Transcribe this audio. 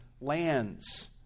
lands